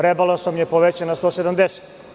Rebalansom je povećan na 170.